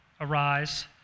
arise